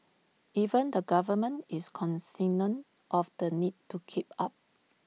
even the government is cognisant of the need to keep up